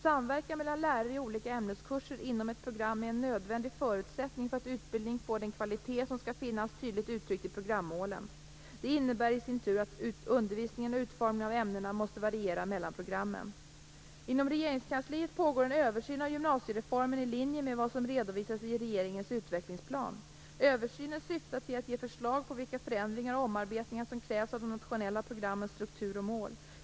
Samverkan mellan lärare i olika ämneskurser inom ett program är en nödvändig förutsättning för att utbildningen får den kvalitet som skall finnas tydligt uttryckt i programmålen. Det innebär i sin tur att undervisningen och utformningen av ämnena måste variera mellan programmen. Inom Regeringskansliet pågår en översyn av gymnasiereformen i linje med vad som redovisades i regeringens utvecklingsplan. Översynen syftar till att ge förslag på vilka förändringar och omarbetningar som krävs av de nationella programmens struktur och mål.